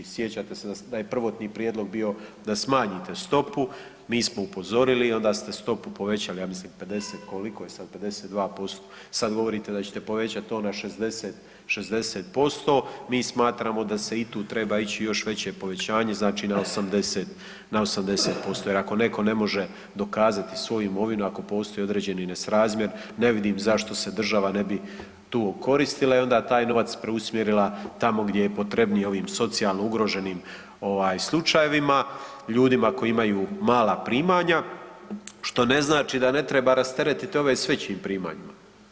Sjećate se da je prvotni prijedlog bio da smanjite stopu, mi smo upozorili i onda ste stopu povećali, ja mislim 50, koliko je sada, 52%, sad govorite da ćete povećati to na 60, 60% mi smatramo da se i tu treba ići na još veće povećanje, znači na 80% jer ako neko ne može dokazati svoju imovinu, ako postoji određeni nesrazmjer, ne vidim zašto se država ne bi tu okoristila i onda taj novac preusmjerila tamo gdje je potrebnije ovim socijalno ugroženim slučajevima, ljudima koji imaju mala primanja što ne znači da ne treba rasteretiti ove s većim primanjima.